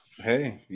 hey